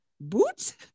boots